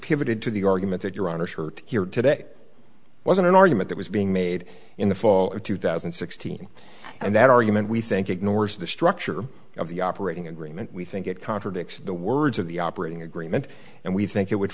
pivoted to the argument that your honor shirt here today was an argument that was being made in the fall of two thousand and sixteen and that argument we think ignores the structure of the operating agreement we think it contradicts the words of the operating agreement and we think it would